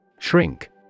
Shrink